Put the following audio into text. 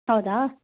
ಹೌದಾ